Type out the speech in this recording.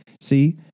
See